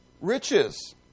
riches